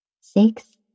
Six